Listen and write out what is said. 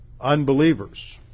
unbelievers